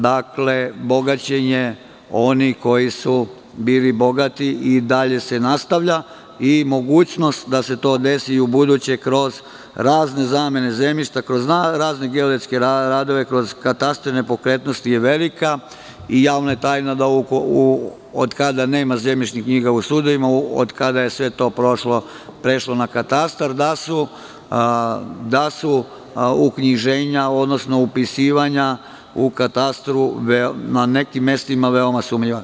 Dakle, bogaćenje onih koji su bili bogati i dalje se nastavlja i mogućnost da se to desi i ubuduće kroz razne zamene zemljišta, kroz razne geodetske radove, kroz katastre nepokretnosti je velika i javna je tajna da od kada nema zemljišnih knjiga u sudovima, od kada je sve to prešlo na katastar, da su uknjiženja, odnosno upisivanja u katastru na nekim mestima veoma sumnjiva.